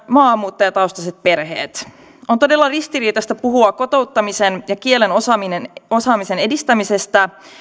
maahanmuuttajataustaiset perheet on todella ristiriitaista puhua kotouttamisen ja kielen osaamisen edistämisestä